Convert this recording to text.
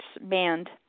banned